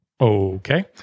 Okay